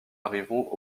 arrivons